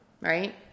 right